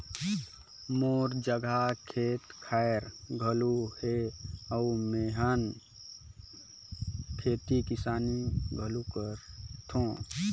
मोर जघा खेत खायर घलो हे अउ मेंहर खेती किसानी घलो करथों